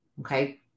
okay